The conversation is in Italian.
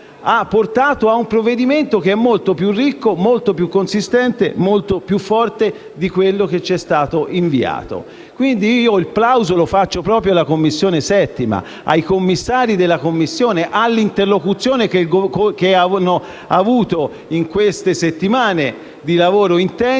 hanno portato a un provvedimento che è molto più ricco, consistente e forte di quello che c'è stato inviato. Quindi il plauso lo faccio proprio alla 7a Commissione, ai suoi commissari, all'interlocuzione che hanno avuto in queste settimane di lavoro intenso,